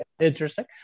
interesting